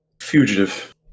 fugitive